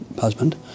husband